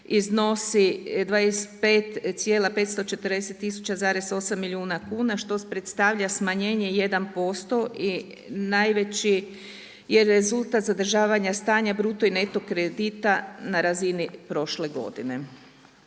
iznosi 25,5400 tisuća, 8 milijuna kuna što predstavlja smanjenje 1% i najveći je rezultat zadržavanja stanja bruto i neto kredita na razini prošle godine.